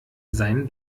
sein